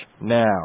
now